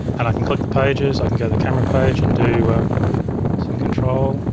and i can click the pages, i can go to the camera page and do some control.